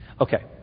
Okay